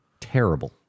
Terrible